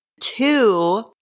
two